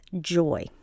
joy